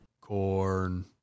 corn